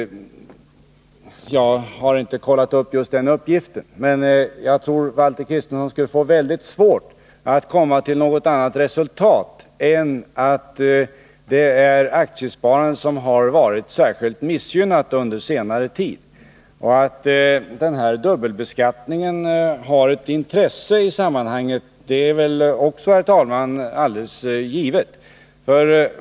Jag har inte kollat just den uppgiften, men jag tror att Valter Kristenson skulle få mycket svårt att komma fram till något annat resultat än att det är aktiesparandet som varit särskilt missgynnat under senare tid. Att dubbelbeskattningen är av intresse i sammanhanget är väl också, herr talman, alldeles givet.